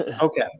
Okay